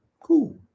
cool